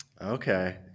Okay